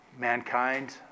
Mankind